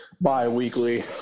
bi-weekly